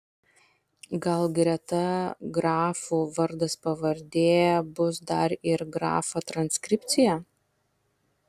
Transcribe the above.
gal greta grafų vardas pavardė bus dar ir grafa transkripcija